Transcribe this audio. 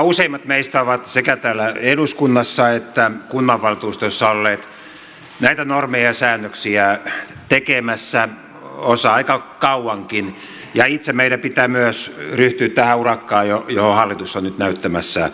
useimmat meistä ovat sekä täällä eduskunnassa että kunnanvaltuustoissa olleet näitä normeja ja säännöksiä tekemässä osa aika kauankin ja itse meidän pitää myös ryhtyä tähän urakkaan johon hallitus on nyt näyttämässä suuntaa